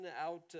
out